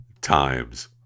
times